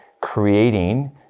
creating